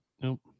Nope